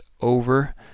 over